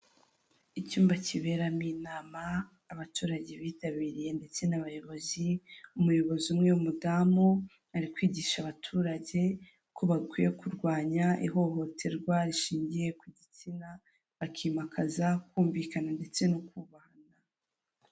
Icyumba kiberamo inama abaturage bitabiriye ndetse n'abayobozi, umuyobozi umwe w'umudamu ari kwigisha abaturage ko bakwiye kurwanya ihohoterwa rishingiye ku gitsina, bakimakaza kumvikana ndetse no kubahana.